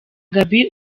gaby